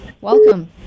Welcome